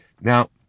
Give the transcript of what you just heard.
Now